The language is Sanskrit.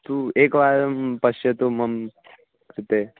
तू एकवारं पश्यतु मम कृते